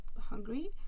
hungry